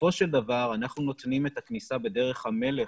בסופו של דבר אנחנו נותנים את הכניסה בדרך המלך,